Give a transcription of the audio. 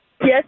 Yes